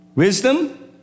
Wisdom